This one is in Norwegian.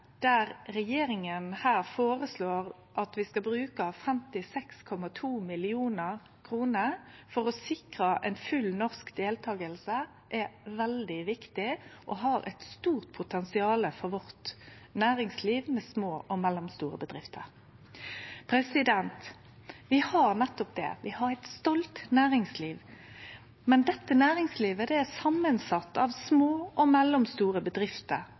at vi skal bruke 56,2 mill. kr for å sikre ei full norsk deltaking, er veldig viktig og har eit stort potensial for næringslivet vårt med små og mellomstore bedrifter. Vi har nettopp det, vi har eit stolt næringsliv, men dette næringslivet er sett saman av små og mellomstore bedrifter,